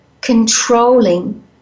controlling